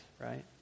right